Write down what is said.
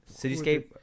Cityscape